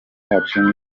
yacu